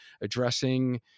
addressing